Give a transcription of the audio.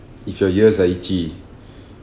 if your ears are itchy